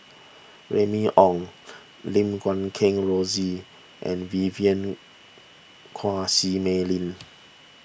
Remy Ong Lim Guat Kheng Rosie and Vivien Quahe Seah Mei Lin